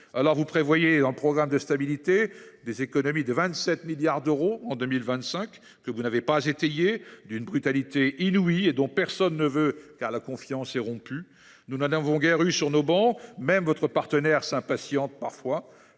Alors vous prévoyez, dans le programme de stabilité, des économies de 27 milliards d’euros en 2025, que vous n’avez pas étayées, qui sont d’une brutalité inouïe et dont personne ne veut, car la confiance est rompue. Nous ne vous en accordions guère, quant à nous, mais même votre partenaire s’impatiente.